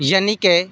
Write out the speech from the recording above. यानि कि